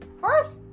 first